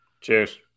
Cheers